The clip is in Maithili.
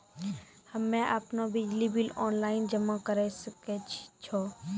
हम्मे आपनौ बिजली बिल ऑनलाइन जमा करै सकै छौ?